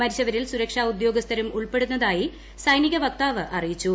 മരിച്ചവരിൽ സുരക്ഷാ ഉദ്യോഗസ്ഥരും ഉൾപ്പെടുന്നതായി സൈനിക വക്താവ് അറിയിച്ചു